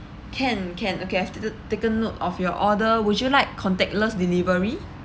can can okay I've ta~ taken note of your order would you like contactless delivery